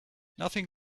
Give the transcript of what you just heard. nothing